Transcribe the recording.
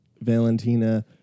valentina